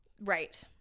Right